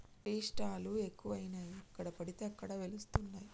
tea stall లు ఎక్కువయినాయి ఎక్కడ పడితే అక్కడ వెలుస్తానయ్